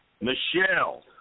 Michelle